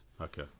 Okay